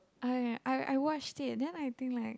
I I I watched it then I think like